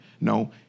No